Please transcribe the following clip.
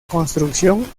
construcción